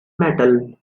metal